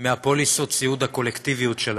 מפוליסות הסיעוד הקולקטיביות שלהם,